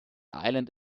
island